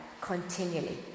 continually